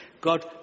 God